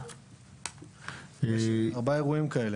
יש ארבעה אירועים כאלה.